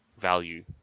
value